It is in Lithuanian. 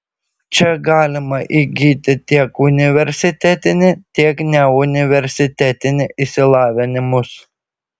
čia galima įgyti tiek universitetinį tiek neuniversitetinį išsilavinimus